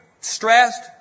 stressed